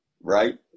Right